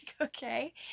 okay